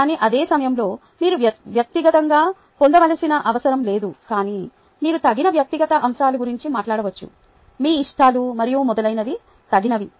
కానీ అదే సమయంలో మీరు వ్యక్తిగతంగా పొందవలసిన అవసరం లేదు కానీ మీరు తగిన వ్యక్తిగత అంశాల గురించి మాట్లాడవచ్చు మీ ఇష్టాలు మరియు మొదలైనవి తగినవి